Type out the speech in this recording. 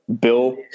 Bill